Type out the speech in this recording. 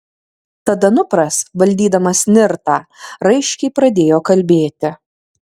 tad anupras valdydamas nirtą raiškiai pradėjo kalbėti